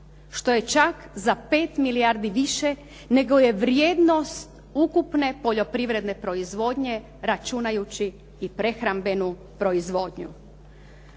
što je čak za 5 milijardi više nego je vrijednost ukupne poljoprivredne proizvodnje računajući i prehrambenu proizvodnju.